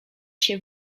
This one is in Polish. się